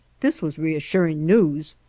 this was reassuring news,